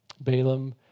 Balaam